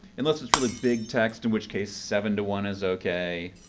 unless it's really big text, in which case seven to one is okay.